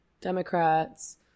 Democrats